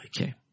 Okay